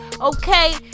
okay